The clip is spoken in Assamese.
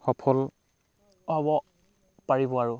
সফল হ'ব পাৰিব আৰু